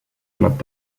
club